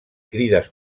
crides